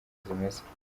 zimeze